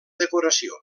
decoració